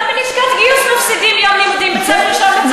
גם בלשכת גיוס מפסידים יום לימודים בצו ראשון,